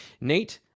nate